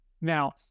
Now